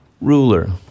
ruler